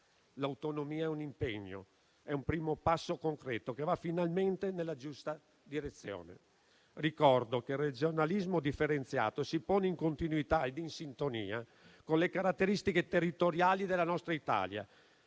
L'autonomia è un impegno, è un primo passo concreto, che va finalmente nella giusta direzione. Ricordo che il regionalismo differenziato si pone in continuità e in sintonia con le caratteristiche territoriali della nostra Italia,